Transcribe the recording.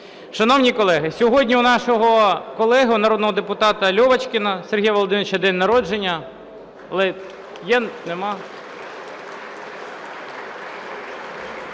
Шановні колеги, сьогодні у нашого колеги народного депутата Льовочкіна Сергія Володимировича день народження.